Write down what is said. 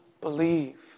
believe